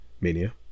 mania